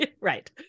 Right